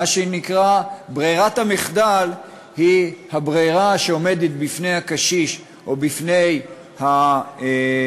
מה שנקרא: ברירת המחדל היא הברירה שעומדת בפני הקשיש או בפני הנכה,